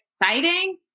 exciting